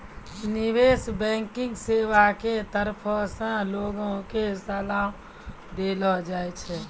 निबेश बैंकिग सेबा के तरफो से लोगो के सलाहो देलो जाय छै